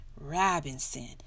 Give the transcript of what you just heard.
Robinson